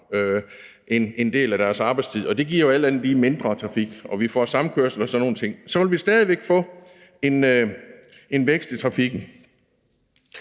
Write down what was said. en del af deres arbejdstid, og det jo alt andet lige giver mindre trafik, og selv om vi får samkørsel og sådan nogle ting, vil vi stadig væk få en vækst i trafikken.